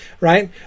right